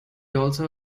also